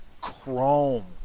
Chrome